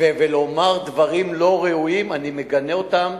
ולומר דברים לא ראויים, אני מגנה אותם,